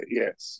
yes